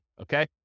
okay